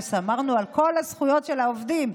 ושמרנו על כל הזכויות של העובדים.